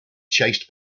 chased